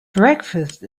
breakfast